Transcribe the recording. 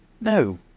no